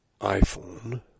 iPhone